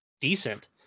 decent